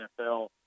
NFL